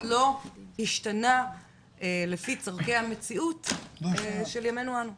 לא השתנה לפי צורכי המציאות של ימינו אנו.